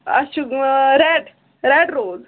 اَسہِ چھُ red red روز